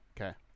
Okay